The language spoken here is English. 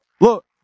Look